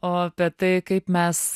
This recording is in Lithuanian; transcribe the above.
o apie tai kaip mes